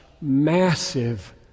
massive